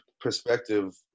perspective